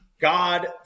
God